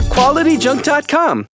QualityJunk.com